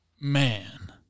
Man